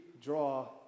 draw